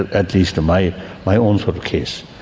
at least my my own sort of case.